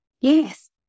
Yes